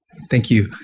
thank you.